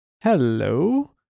hello